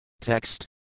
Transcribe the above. Text